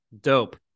Dope